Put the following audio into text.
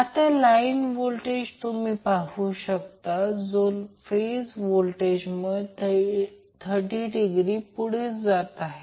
आता line voltage तुम्ही पाहू शकता जो फेज व्होल्टेजमुळे 30 डिग्रीने पुढे जात आहे